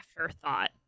afterthought